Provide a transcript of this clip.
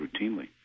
routinely